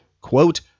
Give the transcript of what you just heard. quote